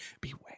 Beware